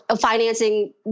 financing